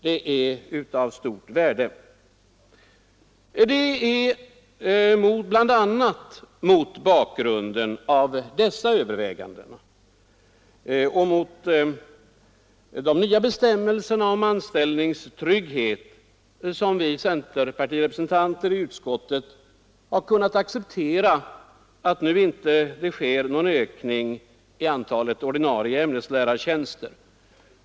Det är bl.a. mot bakgrunden av dessa överväganden och de nya bestämmelserna om anställningstrygghet som vi centerpartirepresentanter i utskottet har kunnat acceptera att det nu inte sker någon ökning av antalet ordinarie ämneslärartjänster.